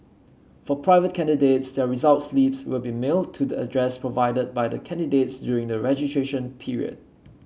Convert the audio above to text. for private candidates their result slips will be mailed to the address provided by the candidates during the registration period